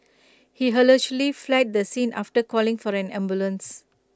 he allegedly fled the scene after calling for the ambulance